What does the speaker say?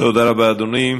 תודה רבה, אדוני.